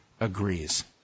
agrees